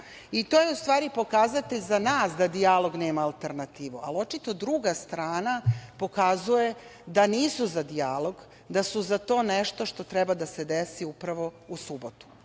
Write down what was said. To je, u stvari, pokazatelj za nas da dijalog nema alternativu, ali očito druga strana pokazuje da nisu za dijalog, da su za to nešto što treba da se desi upravo u subotu.